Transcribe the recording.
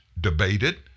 debated